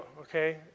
okay